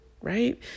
Right